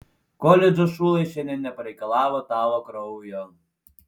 koledžo šulai šiandien nepareikalavo tavo kraujo